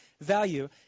value